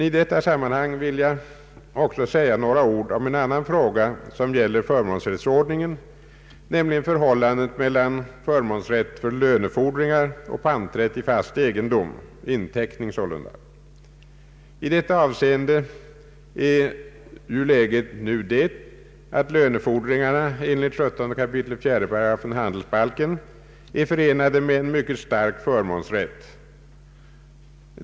I detta sammanhang vill jag emellertid även säga några ord om en annan fråga. Det gäller förmånsrättsordning en, nämligen förhållandet mellan förmånsrätt för lönefordringar och panträtt i fast egendom . I detta avseende är läget nu det, att lönefordringarna enligt 17 kap. 4 8 handelsbalken är förenade med en mycket stark förmånsrätt.